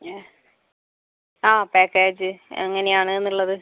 പിന്നെ ആ പാക്കേജ് എങ്ങനെയാണെന്നുള്ളത്